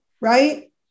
right